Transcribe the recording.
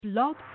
Blog